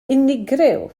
unigryw